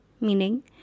meaning